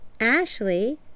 Ashley